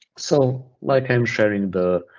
so like i'm sharing the